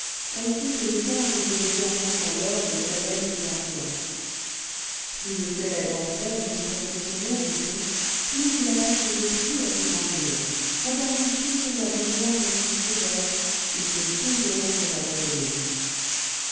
ainsi que les perles et les diamants dans l'or des diadèmes de cardillac plus le célèbre orfèvre se perfectionnait dit-on plus il attachait de prix à ses parures regardant toujours la dernière comme son chef-d'oeuvre et se désolant de l'abandonner